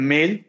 Mail